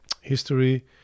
history